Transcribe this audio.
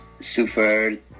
suffered